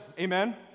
Amen